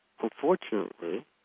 unfortunately